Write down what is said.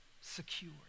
secure